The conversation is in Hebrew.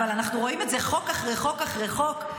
אבל אנחנו רואים את זה חוק אחרי חוק אחרי חוק.